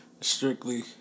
strictly